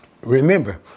Remember